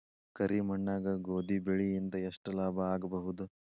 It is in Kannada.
ಕರಿ ಮಣ್ಣಾಗ ಗೋಧಿ ಬೆಳಿ ಇಂದ ಎಷ್ಟ ಲಾಭ ಆಗಬಹುದ?